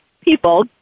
people